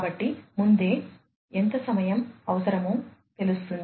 కాబట్టి ముందే ఎంత సమయం అవసరమో తెలుస్తుంది